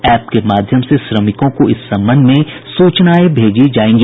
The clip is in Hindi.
एप के माध्यम से श्रमिकों को इस संबंध में सूचनाएं भेजी जायेंगी